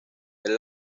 the